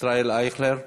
ישראל אייכלר.